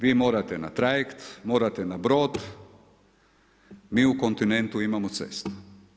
Vi morate na trajekt, morate na brod, mi u kontinentu imamo cestu.